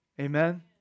Amen